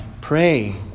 Pray